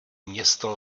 město